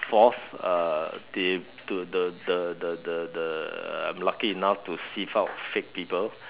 fourth uh they to the the the the I'm lucky enough to sieve out fake people